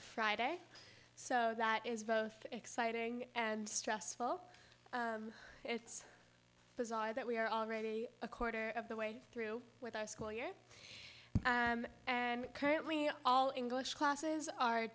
friday so that is exciting and stressful it's bizarre that we are already a quarter of the way through with our school year and currently all english classes are